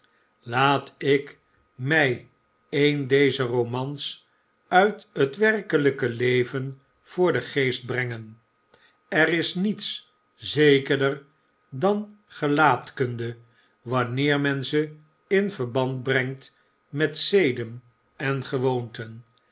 laat ik mij een dezer romans uit het werkelpe leven voor den geest brerigen er is niets zekerder dan gelaatkunde wanneer men ze in verband brengt met zeden en gewoonten